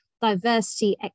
diversity